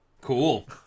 Cool